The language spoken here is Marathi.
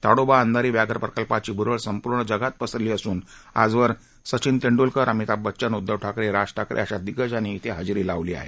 ताडोबा अंधारी वाघ्र प्रकल्पाची भुरळ संपूर्ण जगात पसरली असून आजवर सचिन तेंडूलकर अभिनेता अमिताभ बच्चन उद्धव ठाकरे राज ठाकरे अशा दिग्गजांनी श्वे आतापर्यंत हजेरी लावली आहे